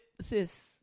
Sis